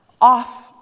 off